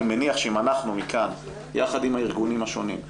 אני מניח שאם אנחנו מכאן יחד עם הארגונים השונים,